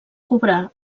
cobrar